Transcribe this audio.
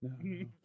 No